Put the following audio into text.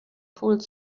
pulled